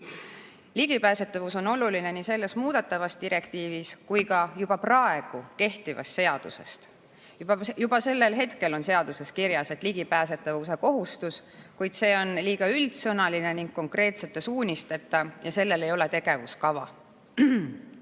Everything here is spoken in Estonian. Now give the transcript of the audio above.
Ligipääsetavus on oluline nii selles muudetavas direktiivis kui ka juba praegu kehtivas seaduses. Juba sellel hetkel on seaduses kirjas ligipääsetavuse kohustus, kuid see on liiga üldsõnaline ning konkreetsete suunisteta ja sellel ei ole tegevuskava. Aga